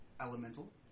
Elemental